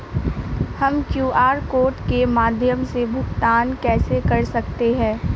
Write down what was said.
हम QR code के माध्यम से भुगतान कैसे कर सकते हैं?